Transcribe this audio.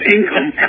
Income